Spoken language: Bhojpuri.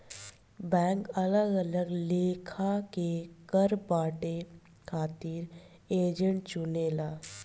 बैंक अलग अलग लेखा के कर बांटे खातिर एजेंट चुनेला